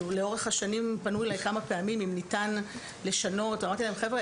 לאורך השנים פנו אלי כמה פעמים אם ניתן לשנות ואמרתי להם: חבר'ה,